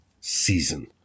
season